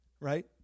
right